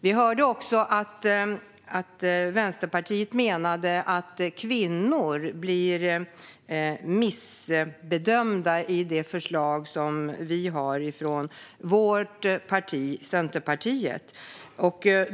Vi hörde också att Vänsterpartiet menar att kvinnor blir missgynnade med förslaget från vårt parti, Centerpartiet.